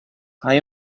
hai